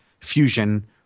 Fusion